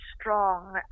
strong